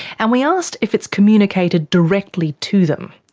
and we asked if it's communicated directly to them.